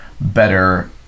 better